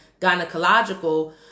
gynecological